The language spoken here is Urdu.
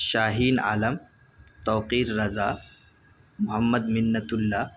شاہین عالم توقیر رضا محمد منت اللہ